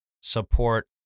support